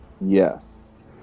yes